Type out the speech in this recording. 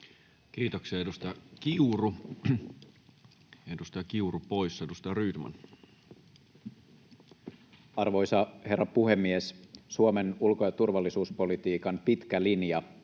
Kiitoksia. — Edustaja Kiuru, edustaja Kiuru poissa. — Edustaja Rydman. Arvoisa herra puhemies! Suomen ulko- ja turvallisuuspolitiikan pitkä linja